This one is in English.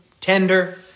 tender